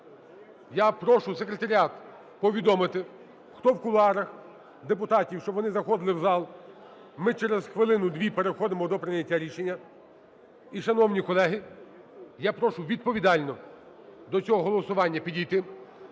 Я прошу секретаріат повідомити, хто в кулуарах, депутатів, щоб вони заходили в зал, ми через хвилину-дві переходимо до прийняття рішення. І, шановні колеги, я прошу відповідально до цього голосування підійти.